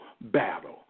battle